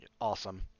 awesome